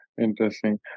interesting